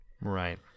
Right